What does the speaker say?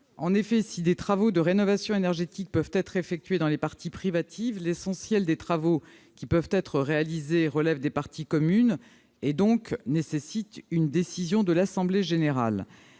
En effet, si des travaux de rénovation énergétique peuvent être effectués dans les parties privatives, l'essentiel des travaux qui peuvent être réalisés relève des parties communes et nécessitent une décision de l'assemblée générale.